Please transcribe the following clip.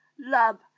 love